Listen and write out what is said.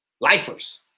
Lifers